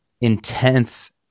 intense